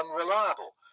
unreliable